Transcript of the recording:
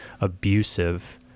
abusive